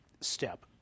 step